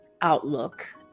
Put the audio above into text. outlook